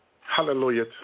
Hallelujah